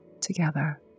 together